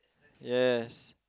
yes